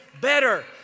better